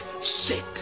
Sick